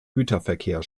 güterverkehr